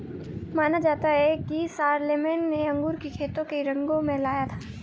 माना जाता है कि शारलेमेन ने अंगूर की खेती को रिंगौ में लाया था